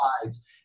slides